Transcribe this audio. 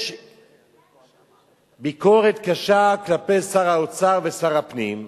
יש ביקורת קשה כלפי שר האוצר ושר הפנים,